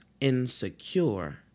insecure